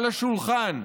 על השולחן,